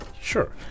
Sure